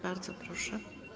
Bardzo proszę.